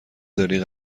داری